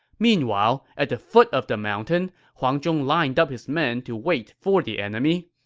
meanwhile, at the foot of the mountain, huang zhong lined up his men to wait for the enemy.